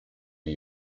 new